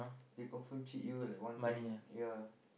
they confirm cheat you like one kind ya